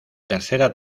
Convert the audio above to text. tercera